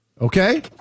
Okay